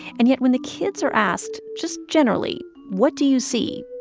and yet when the kids are asked just generally what do you see,